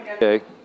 Okay